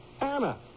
Anna